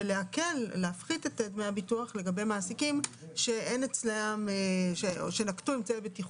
ומצד אחר להקל ולהפחית את דמי הביטוח למעסיקים שנקטו אמצעי בטיחות.